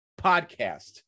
podcast